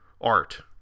art